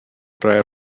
prayer